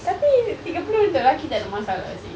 tapi tiga puluh lelaki tak ada masalah seh